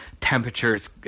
temperatures